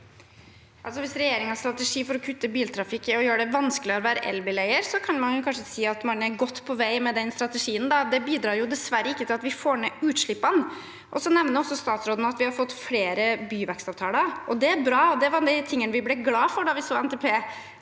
Hvis regjeringens strate- gi for å kutte i biltrafikk er å gjøre det vanskeligere å være elbileier, kan man kanskje si at man er godt på vei med strategien. Det bidrar dessverre ikke til at vi får ned utslippene. Statsråden nevner at vi har fått flere byvekstavtaler. Det er bra. Det var en av tingene vi ble glade for da vi så NTP.